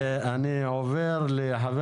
הרי אם ממילא,